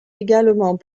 également